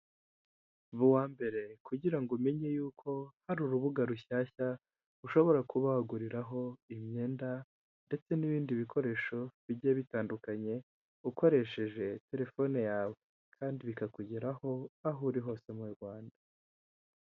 Ba uwa mbere kugira ngo umenye yuko hari urubuga rushyashya ushobora kuba waguriraho imyenda, ndetse n'ibindi bikoresho bigiye bitandukanye, ukoresheje telefone yawe. Kandi bikakugeraho, aho uri hose mu Rwanda.